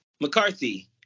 mccarthy